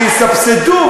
שיסבסדו,